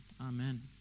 Amen